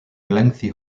lengthy